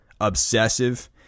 obsessive